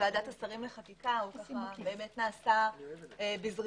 בוועדת השרים לחקיקה באמת נעשה בזריזות